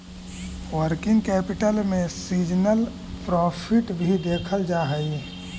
working capital में seasonal profit भी देखल जा हई